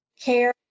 care